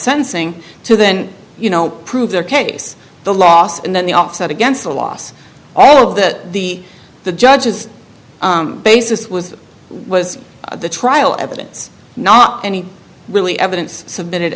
sentencing to then you know prove their case the loss and then the offset against the loss all of that the the judge is basis was was the trial evidence not any really evidence submitted